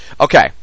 Okay